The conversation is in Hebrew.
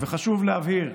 חשוב להבהיר,